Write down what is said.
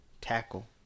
tackle